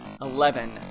Eleven